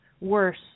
worse